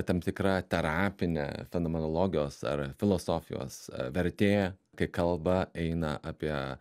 tam tikra terapinė fenomenologijos ar filosofijos vertė kai kalba eina apie